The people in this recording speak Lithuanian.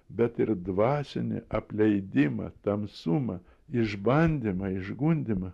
bet ir dvasinį apleidimą tamsumą išbandymą išgundymą